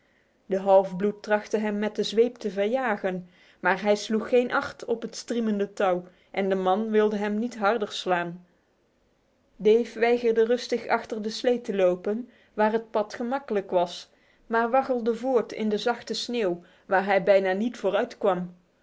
de halfbloed trachtte hem met de zweep te verjagen maar hij sloeg geen acht op het striemende touw en de man wilde hem niet harder slaan dave weigerde rustig achter de slee te lopen waar het pad gemakkelijker was maar waggelde voort in de zachte sneeuw waar hij bijna niet